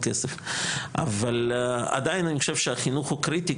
אבל עדיין אני חושב שהחינוך הוא קריטי,